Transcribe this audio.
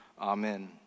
amen